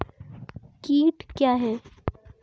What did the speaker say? कीट क्या है?